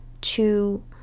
to-